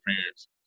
parents